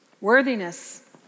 Worthiness